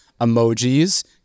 emojis